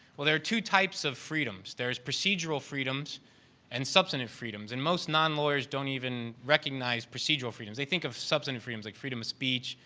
well, there are two types of freedom. there is procedural freedoms and substantive freedoms. and most non-lawyers don't even recognize procedural freedoms. they think of substantive freedoms, like freedom of speech,